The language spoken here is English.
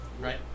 right